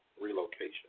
relocation